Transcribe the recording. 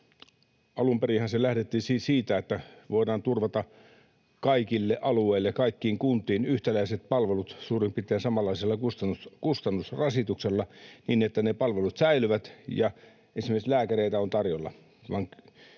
alun perinhän lähdettiin siitä, että voidaan turvata kaikille alueille kaikkiin kuntiin yhtäläiset palvelut suurin piirtein samanlaisella kustannusrasituksella, niin että ne palvelut säilyvät ja esimerkiksi lääkäreitä on tarjolla,